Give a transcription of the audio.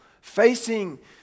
facing